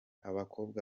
abakobwa